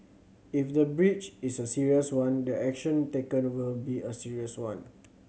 if the breach is a serious one the action taken will be a serious one